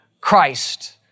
Christ